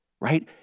right